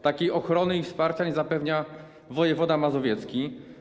Takiej ochrony i wsparcia nie zapewnia wojewoda mazowiecki.